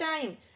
time